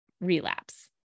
relapse